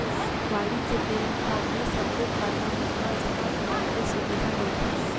वाणिज्य बेंक ह ये सबो खाता मन मा जमा कराए के सुबिधा देथे